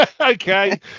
Okay